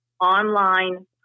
Online